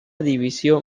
división